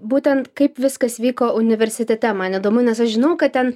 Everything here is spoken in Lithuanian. būtent kaip viskas vyko universitete man įdomu nes aš žinau kad ten